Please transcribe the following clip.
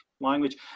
language